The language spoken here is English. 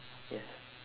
yes